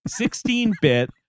16-bit